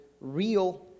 real